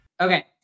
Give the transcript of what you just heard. Okay